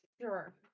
Sure